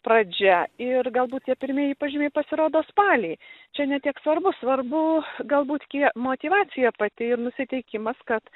pradžia ir galbūt tie pirmieji požymiai pasirodo spalį čia ne tiek svarbu svarbu galbūt kiek motyvacija pati ir nusiteikimas kad